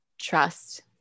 trust